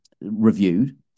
reviewed